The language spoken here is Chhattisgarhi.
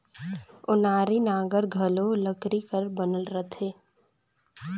ओनारी नांगर घलो लकरी कर बनल रहथे